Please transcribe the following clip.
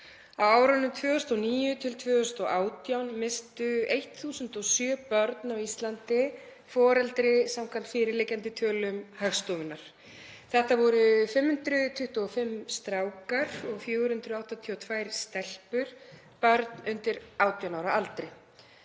Á árunum 2009–2018 misstu 1.007 börn á Íslandi foreldri samkvæmt fyrirliggjandi tölum Hagstofunnar. Þetta voru 525 strákar og 482 stelpur, börn undir 18 ára aldri.